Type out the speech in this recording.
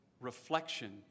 reflection